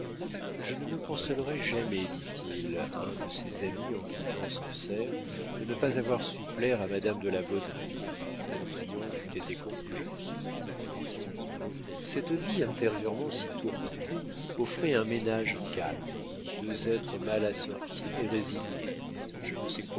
je ne me consolerai jamais dit-il à un de ses amis en quittant sancerre de ne pas avoir su plaire à madame de la baudraye mon triomphe eût été complet cette vie intérieurement si tourmentée offrait un ménage calme deux êtres mal assortis mais résignés je ne